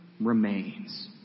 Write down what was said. remains